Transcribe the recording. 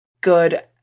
good